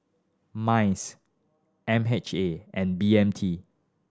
MICE M H A and B M T